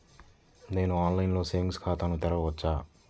నేను ఆన్లైన్లో సేవింగ్స్ ఖాతాను తెరవవచ్చా?